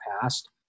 past